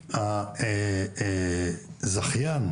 בפועל הזכיין,